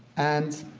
and,